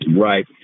Right